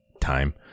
time